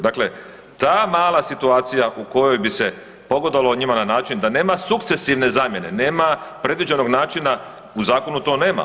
Dakle, ta mala situacija u kojoj bi se pogodovalo njima na način da nema sukcesivne zamjene, nema predviđenog načina u zakonu to nema.